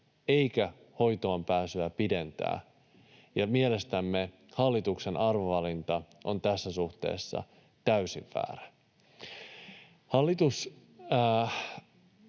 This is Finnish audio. eikä hoitoonpääsyä pidentää, ja mielestämme hallituksen arvovalinta on tässä suhteessa täysin väärä. Hallitus